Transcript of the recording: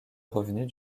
revenus